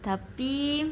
tapi